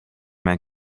mijn